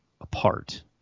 apart